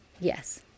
yes